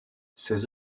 ses